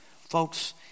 folks